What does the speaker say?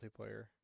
multiplayer